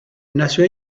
nació